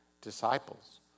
disciples